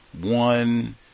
one